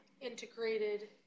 integrated